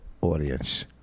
audience